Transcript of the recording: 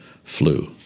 flu